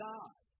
God